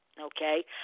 Okay